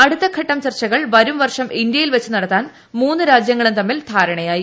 അടുത്തഘട്ട ചർച്ചകൾ വരും വർഷം ഇന്ത്യയിൽ വച്ചു നടത്താൻ മൂന്നു രാജ്യങ്ങളും തമ്മിൽ ഗ്ലാർണ്യായി